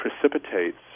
precipitates